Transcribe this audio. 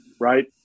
right